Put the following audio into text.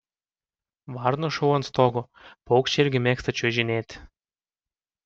varnos šou ant stogo paukščiai irgi mėgsta čiuožinėti